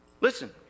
Listen